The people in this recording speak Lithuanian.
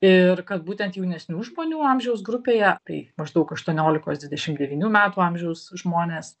ir kad būtent jaunesnių žmonių amžiaus grupėje tai maždaug aštuoniolikos dvidešimt devynių metų amžiaus žmonės